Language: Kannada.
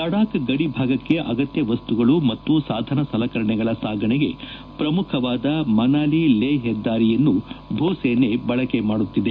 ಲಡಾಖ್ ಗಡಿ ಭಾಗಕ್ಕೆ ಅಗತ್ಯ ವಸ್ತುಗಳು ಮತ್ತು ಸಾಧನ ಸಲಕರಣೆಗಳ ಸಾಗಣೆಗೆ ಪ್ರಮುಖವಾದ ಮನಾಲಿ ಲೇ ಹೆದ್ದಾರಿಯನ್ನು ಭೂಸೇನೆ ಬಳಕೆ ಮಾಡುತ್ತಿದೆ